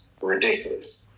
ridiculous